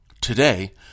today